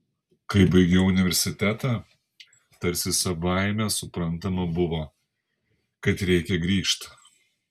kai baigiau universitetą tarsi savaime suprantama buvo kad reikia grįžt